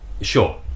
Sure